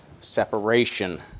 separation